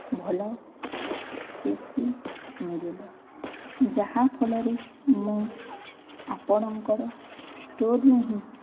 ଭଲ A C ମିଳିବ ଯାହାଫଳରେ ମୁଁ ଆପଣଙ୍କର ଷ୍ଟୋର୍ରୁ ହିଁ